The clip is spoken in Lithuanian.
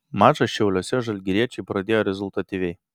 mačą šiauliuose žalgiriečiai pradėjo rezultatyviai